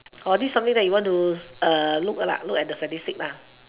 oh this something that you want to look lah look at the statistic lah